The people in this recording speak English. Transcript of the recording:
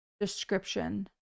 description